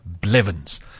Blevins